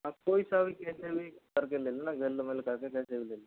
आप कोई सा भी कैसे भी कर के ले लो ना गंध मिल कर के कैसे भी ले लो